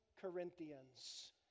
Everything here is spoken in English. Corinthians